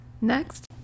next